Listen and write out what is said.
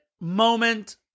moment